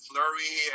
Flurry